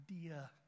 idea